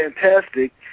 fantastic